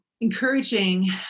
encouraging